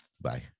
Bye